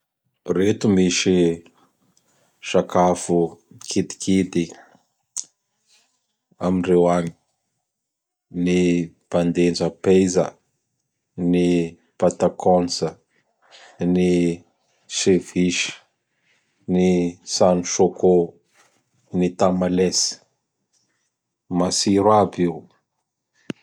Reto misy sakafo kidikidy amindreo agny: ny Bandenjapeiza, ny Patankônsa, ny Sevisy, ny Sansôkô, ny Tamalès. Matsiro aby io.